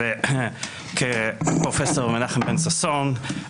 כמו פרופ' בן ששון,